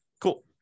Cool